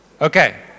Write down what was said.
Okay